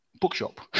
bookshop